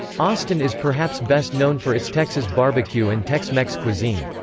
austin is perhaps best known for its texas barbecue and tex-mex cuisine.